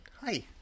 Hi